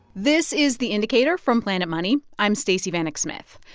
this is the indicator from planet money. i'm stacey vanek smith.